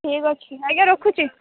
ଠିକ୍ ଅଛି ଆଜ୍ଞା ରଖୁଛି